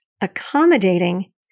accommodating